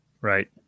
Right